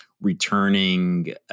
returning